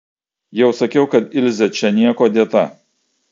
jau sakiau kad ilzė čia niekuo dėta